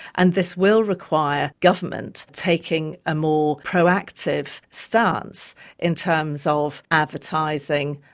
and this will require government taking a more proactive stance in terms of advertising,